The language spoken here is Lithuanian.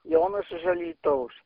jonas iž alytaus